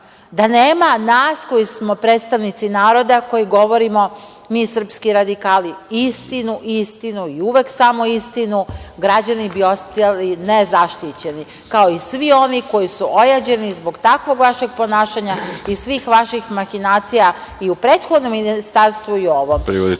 nema nas koji smo predstavnici naroda koji govorimo, mi srpski radikali istinu i istinu i uvek samo istinu, građani bi ostali nezaštićeni, kao i svi ovi koji su ojađeni zbog takvog vašeg ponašanja i svih vaših mahinacija i u prethodnom Ministarstvu i